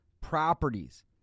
properties